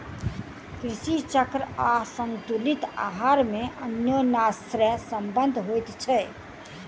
कृषि चक्र आसंतुलित आहार मे अन्योनाश्रय संबंध होइत छै